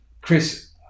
Chris